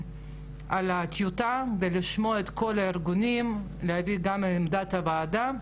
הטיוטה ולשמוע את כל הארגונים ולהביא גם את עמדת הוועדה.